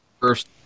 first